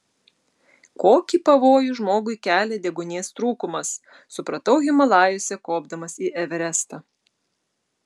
kokį pavojų žmogui kelia deguonies trūkumas supratau himalajuose kopdamas į everestą